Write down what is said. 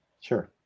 sure